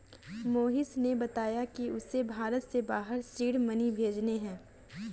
मोहिश ने बताया कि उसे भारत से बाहर सीड मनी भेजने हैं